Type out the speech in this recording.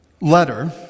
letter